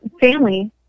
family